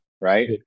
right